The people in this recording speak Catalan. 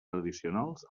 tradicionals